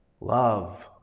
love